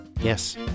Yes